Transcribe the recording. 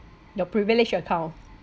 your privilege account